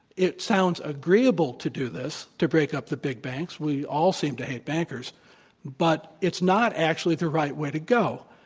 it sounds agreeable to do this, to break up the big banks we all seem to hate bankers but it's not actually the right way to go.